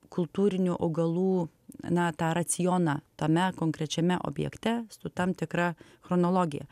kultūrinių augalų na tą racioną tame konkrečiame objekte su tam tikra chronologija